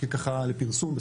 אז